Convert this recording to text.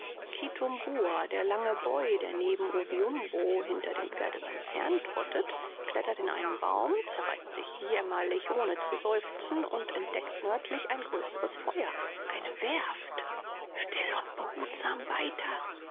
kitumbua der lange boy der neben oviumbo hinter dem pferde seines herrn trottet klettert in einen baum zerreißt sich jämmerlich ohne zu seufzen und entdeckt nördlich ein größeres feuer eine werft still und behutsam weiter